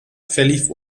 verlief